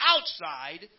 outside